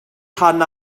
rhan